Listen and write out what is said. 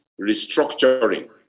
restructuring